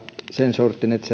sensorttinen että